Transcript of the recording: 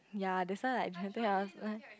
ya that's why like I think I also